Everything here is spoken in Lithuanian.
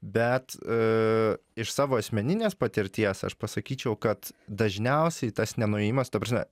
bet aa iš savo asmeninės patirties aš pasakyčiau kad dažniausiai tas nenuėjimas ta prasme